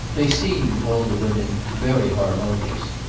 they seem all the women very harmonious.